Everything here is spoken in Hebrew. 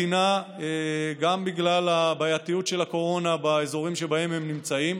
הם חוזרים למדינה גם בגלל הבעייתיות של הקורונה באזורים שבהם הם נמצאים,